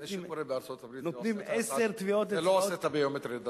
נותנים עשר טביעות אצבעות,